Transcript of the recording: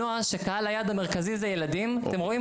בקולנוע כשקהל היעד המרכזי זה ילדים, אתם רואים?